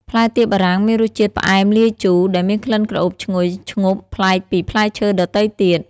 ផ្លែទៀបបារាំងមានរសជាតិផ្អែមលាយជូរ ដែលមានក្លិនក្រអូបឈ្ងុយឈ្ងប់ប្លែកពីផ្លែឈើដទៃទៀត។